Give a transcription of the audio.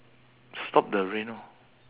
stop the rain orh